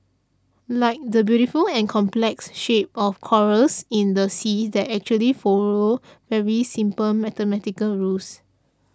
like the beautiful and complex shapes of corals in the sea that actually follow very simple mathematical rules